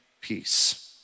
peace